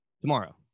Tomorrow